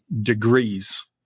degrees